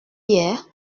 hier